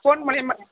phone மூலியமாக